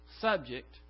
subject